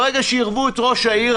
ברגע שעירבו את ראש העיר,